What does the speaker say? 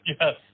Yes